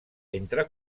entre